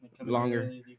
longer